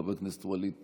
חבר הכנסת ווליד טאהא,